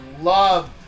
love